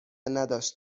نداشت